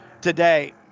today